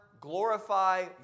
glorify